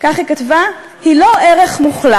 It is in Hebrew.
כך היא כתבה, היא לא ערך מוחלט.